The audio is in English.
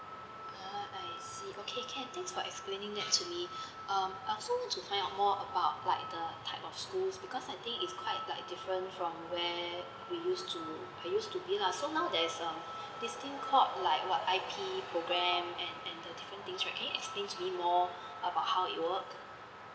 ah I see okay can thanks for explaining that to me um I also want to find out more about like the type of schools because I think it's quite like different from where we used to I used to be lah so now there's um this thing called like what I_P programme and and the different things right can you explain to me more about how it work